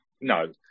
No